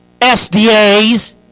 SDAs